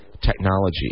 technology